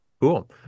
Cool